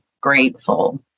grateful